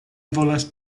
volas